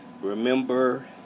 Remember